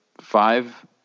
five